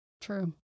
True